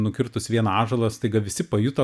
nukirtus vieną ąžuolą staiga visi pajuto